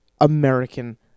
American